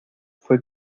fue